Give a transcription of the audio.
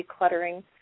decluttering